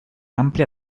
amplia